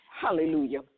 hallelujah